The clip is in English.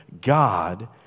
God